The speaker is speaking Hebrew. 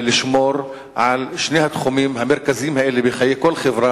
לשמור על שני התחומים המרכזיים האלה בחיי כל חברה